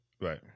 Right